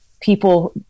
people